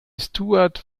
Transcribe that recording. stewart